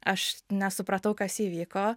aš nesupratau kas įvyko